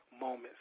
moments